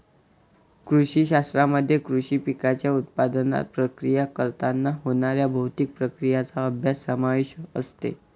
कृषी शास्त्रामध्ये कृषी पिकांच्या उत्पादनात, प्रक्रिया करताना होणाऱ्या भौतिक प्रक्रियांचा अभ्यास समावेश असते